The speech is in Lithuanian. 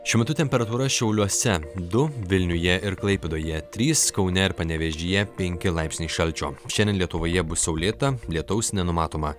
šiuo metu temperatūra šiauliuose du vilniuje ir klaipėdoje trys kaune ir panevėžyje penki laipsniai šalčio šiandien lietuvoje bus saulėta lietaus nenumatoma